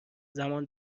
زمان